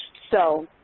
so,